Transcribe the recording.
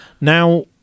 Now